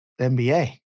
NBA